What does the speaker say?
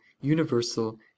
universal